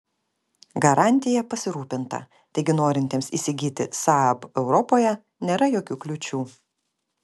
garantija pasirūpinta taigi norintiems įsigyti saab europoje nėra jokių kliūčių